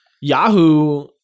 Yahoo